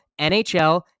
NHL